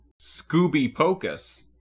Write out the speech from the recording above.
Scooby-Pocus